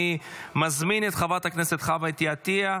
אני מזמין את חברת הכנסת חוה אתי עטייה,